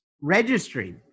Registry